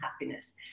happiness